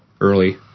early